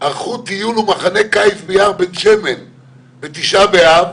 ערכו טיול ומחנה קיץ ביער בן שמן ב-ט' באב",